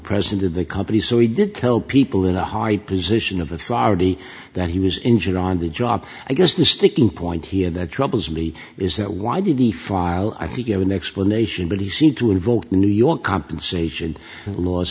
president of the company so he did tell people in a high position of authority that he was injured on the job i guess the sticking point he had that troubles me is that why did he file i think give an explanation but he seemed to invoke the new york compensation laws